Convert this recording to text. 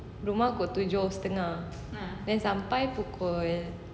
rumah pukul tujuh setengah then sampai pukul